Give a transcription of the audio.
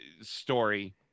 story